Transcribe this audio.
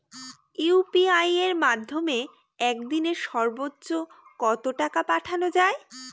UPI এর মাধ্যমে এক দিনে সর্বচ্চ কত টাকা পাঠানো যায়?